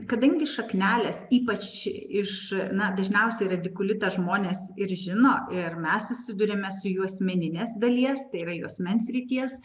kadangi šaknelės ypač iš na dažniausiai radikulitą žmonės ir žino ir mes susiduriame su juosmeninės dalies tai yra juosmens srities